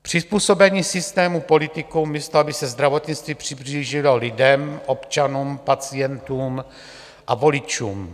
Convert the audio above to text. Přizpůsobení systému politikům, místo aby se zdravotnictví přiblížilo lidem, občanům, pacientům a voličům.